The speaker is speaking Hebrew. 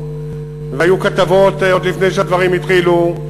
והיו כתבות עוד לפני שהדברים התחילו,